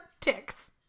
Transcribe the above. ticks